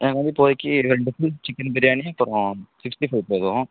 எங்க வந்து இப்போதைக்கி ரெண்டு ஃபுல் சிக்கன் பிரியாணி அப்பறம் சிக்ஸ்டி ஃபைவ் போதும்